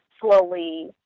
slowly